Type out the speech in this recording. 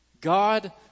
God